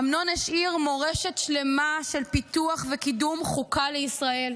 אמנון השאיר מורשת שלמה של פיתוח וקידום חוקה לישראל,